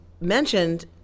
mentioned